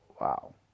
wow